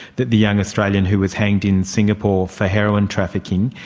the the young australian who was hanged in singapore for heroin trafficking.